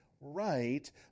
right